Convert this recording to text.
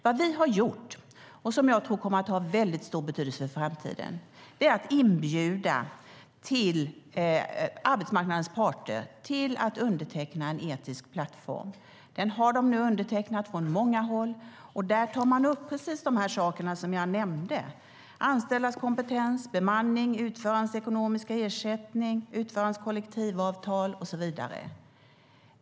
Vad vi har gjort, och som jag tror kommer att ha väldigt stor betydelse i framtiden, är att vi inbjudit arbetsmarknadens parter till att underteckna en etisk plattform. Den har nu undertecknats från många håll. Där tas precis de saker som jag nämnde upp: anställdas kompetens, bemanning, utförarens ekonomiska ersättning, utförarens kollektivavtal och så vidare.